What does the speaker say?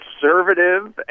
Conservative